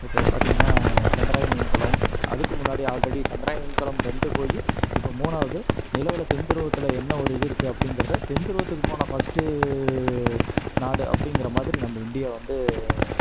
இப்போ பார்த்திங்கன்னா சந்திராயன் விண்கலம் அதுக்கு முன்னாடி ஆல்ரெடி சந்திராயன் விண்கலம் ரெண்டு போய் இப்போ மூணாவது நிலவில் தென்துருவத்தில் என்ன ஒரு இது இருக்குது அப்படிங்கறத தென்துருவத்துக்கு போன ஃபஸ்ட் நாடு அப்படிங்கிறமாதிரி நம்ம இண்டியா வந்து